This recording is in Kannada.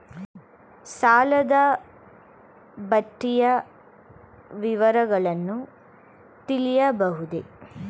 ಸಾಲದ ಬಡ್ಡಿಯ ವಿವರಗಳನ್ನು ತಿಳಿಯಬಹುದೇ?